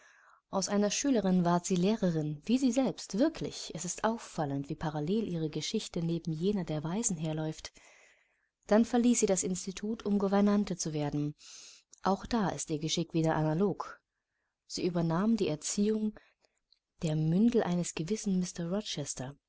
aus einer schülerin ward sie lehrerin wie sie selbst wirklich es ist auffallend wie parallel ihre geschichte neben jener der waise herläuft dann verließ sie das institut um gouvernante zu werden auch da ist ihr geschick wieder analog sie übernahm die erziehung der mündel eines gewissen